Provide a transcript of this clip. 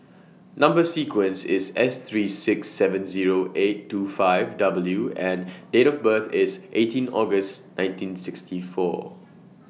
Number sequence IS S three six seven Zero eight two five W and Date of birth IS eighteenth August nineteen sixty four